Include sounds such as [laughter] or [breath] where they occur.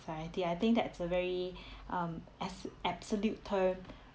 society I think that's a very [breath] um as absolute term